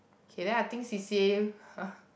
okay then I think C_C_A